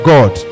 God